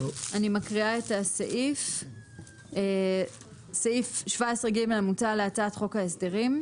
אני מקריאה את סעיף 17ג המוצע להצעת חוק ההסדרים: